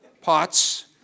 pots